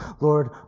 Lord